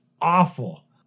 awful